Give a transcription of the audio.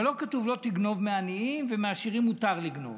אבל לא כתוב לא תגנוב מעניים ומעשירים מותר לגנוב.